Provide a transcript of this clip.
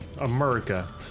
America